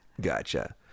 Gotcha